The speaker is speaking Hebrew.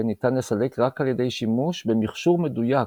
ניתן לסלק רק על ידי שימוש במכשור מדויק